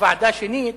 הוועדה שנית,